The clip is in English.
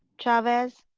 chavez,